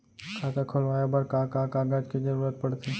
खाता खोलवाये बर का का कागज के जरूरत पड़थे?